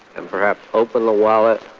and perhaps open the wallet,